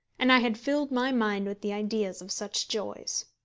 and i had filled my mind with the ideas of such joys.